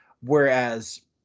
Whereas